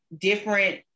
different